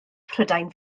prydain